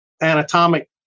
anatomic